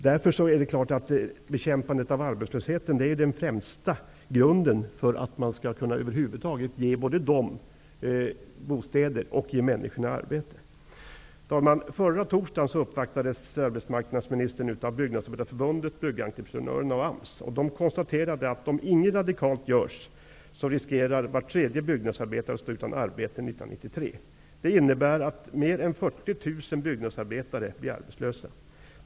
Därför är bekämpandet av arbetslösheten den främsta grunden för att vi över huvud taget skall kunna ge dem bostäder och människorna arbete. Herr talman! Förra torsdagen uppvaktades arbetsmarknadsministern av Byggentreprenörerna och AMS. De konstaterade att om inget radikalt görs riskerar var tredje byggnadsarbetare att stå utan arbete 1993. Det innebär att mer än 40 000 byggnadsarbetare blir arbetslösa.